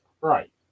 Right